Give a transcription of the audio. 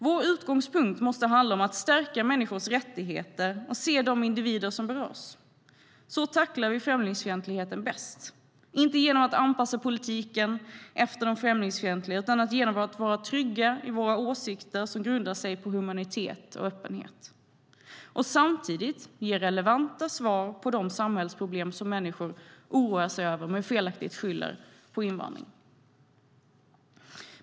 Vår utgångspunkt måste handla om att stärka människors rättigheter och se de individer som berörs. Så tacklar vi främlingsfientligheten bäst, inte genom att anpassa politiken efter de främlingsfientliga utan genom att vara trygga i våra åsikter som grundar sig på humanitet och öppenhet, samtidigt som vi ger relevanta svar på de samhällsproblem som människor oroar sig över men felaktigt skyller på invandring.